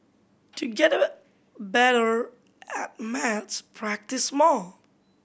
to get better at maths practise more